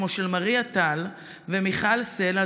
כמו של מריה טל ומיכל סלה,